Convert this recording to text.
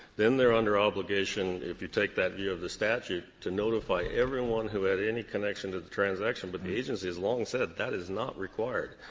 then they're under obligation, if you take that view of the statute, to notify everyone who had any connection to the transaction. but the agency has long said that is not required.